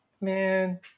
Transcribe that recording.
Man